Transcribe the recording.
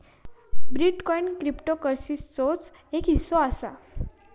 bitcoin क्रिप्टोकरंसीचोच एक हिस्सो असा